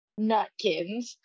Nutkins